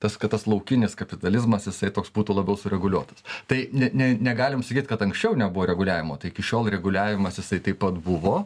tas kad tas laukinis kapitalizmas jisai toks būtų labiau sureguliuotas tai ne ne negalim sakyt kad anksčiau nebuvo reguliavimo tai iki šiol reguliavimas jisai taip pat buvo